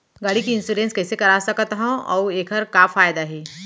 गाड़ी के इन्श्योरेन्स कइसे करा सकत हवं अऊ एखर का फायदा हे?